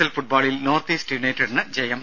L ഫുട്ബോളിൽ north east യുണൈറ്റഡിന് ജയം